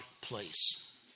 place